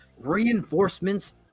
Reinforcements